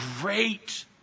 Great